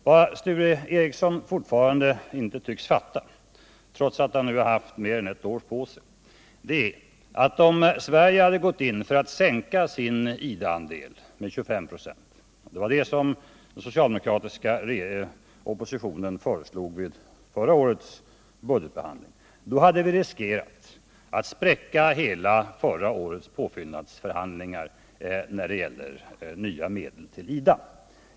Vad Sture Ericson fortfarande inte tycks fatta, trots att han nu har haft mer än ett år på sig, är att om Sverige hade gått in för att minska sin IDA-andel med 25 96 — det var det som den socialdemokratiska oppositionen föreslog vid förra årets budgetbehandling — hade vi riskerat att spräcka hela förra årets påfyllnadsförhandlingar när det gäller nya medel till IDA.